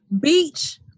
Beach